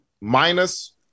Minus